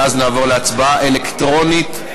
ואז נעבור להצבעה אלקטרונית.